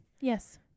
Yes